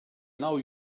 now